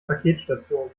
paketstation